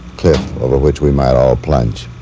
cliff over which we might all plunge.